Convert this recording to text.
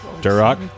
Duroc